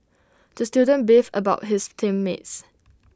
the student beefed about his team mates